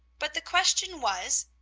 but the question was,